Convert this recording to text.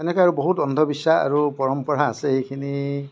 এনেকৈ বহুত অন্ধবিশ্বাস আৰু পৰম্পৰা আছে এইখিনি